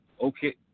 okay